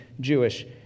Jewish